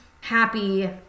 happy